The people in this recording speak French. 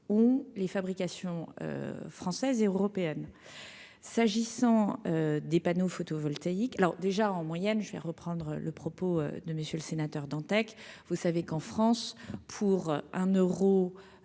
ou les fabrications françaises et européennes, s'agissant des panneaux photovoltaïques, alors déjà en moyenne je vais reprendre le propos de monsieur le sénateur Dantec, vous savez qu'en France, pour un Euro,